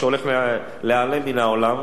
שהולך להיעלם מן העולם.